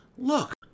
Look